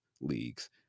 leagues